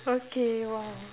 I'm okay why